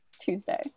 Tuesday